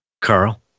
Carl